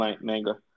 manga